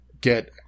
get